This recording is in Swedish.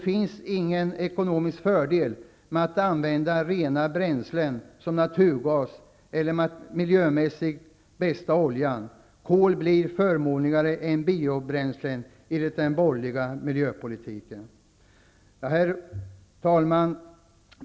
Det innebär ingen ekonomisk fördel att använda rena bränslen såsom naturgas eller den miljömässigt bästa oljan. Kol blir förmånligare än biobränslen, enligt den borgerliga miljöpolitiken. Herr talman!